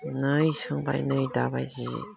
नै सोंबाय नै दाबाय जि